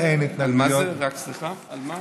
לא יודע, משום מה, הנייר הזה נעלם.